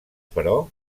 però